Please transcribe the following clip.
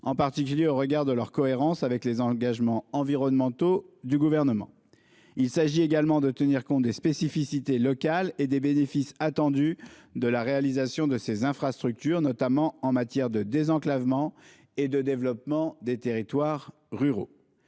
en particulier au regard de leur cohérence avec les engagements environnementaux du Gouvernement. Il s'agit également de tenir compte des spécificités locales et des bénéfices attendus de la réalisation de ces infrastructures, notamment en matière de désenclavement et de développement des territoires ruraux.